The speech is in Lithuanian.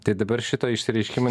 tai dabar šito išsireiškimo